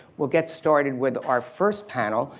we'll get started with our first panel.